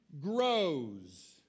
grows